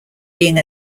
being